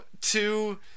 two